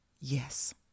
yes